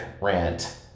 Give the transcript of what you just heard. rant